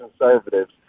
conservatives